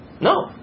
No